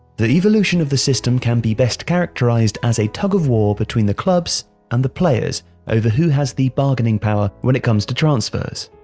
the evolution of the system can be best characterised as a tug of war between the clubs and the players over who has the bargaining power when it comes to transfers.